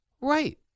Right